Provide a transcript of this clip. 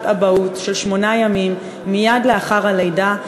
אבהות של שמונה ימים מייד לאחר הלידה,